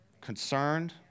concerned